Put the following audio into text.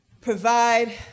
provide